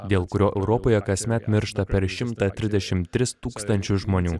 dėl kurio europoje kasmet miršta per šimtą trisdešimt tris tūkstančius žmonių